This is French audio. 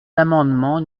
l’amendement